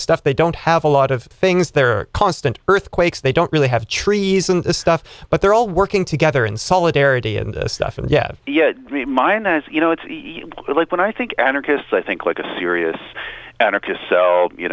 stuff they don't have a lot of things there are constant earthquakes they don't really have trees and stuff but they're all working together in solidarity and stuff and yeah yeah the miners you know it's like when i think anarchists i think like a serious anarchist so you